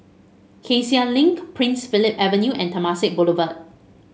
Cassia Link Prince Philip Avenue and Temasek Boulevard